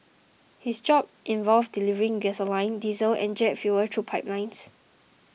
his job involved delivering gasoline diesel and jet fuel through pipelines